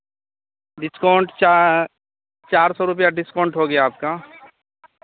discount चा चार सौ रुपैया डिस्काउन्ट हो गया आपका